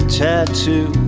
tattoo